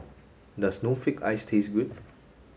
does snowflake ice taste good